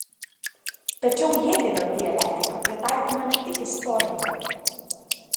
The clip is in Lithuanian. tačiau hėgelio dialektika pritaikoma ne tik istorijoje